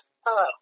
hello